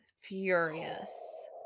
furious